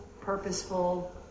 purposeful